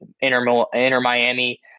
Inter-Miami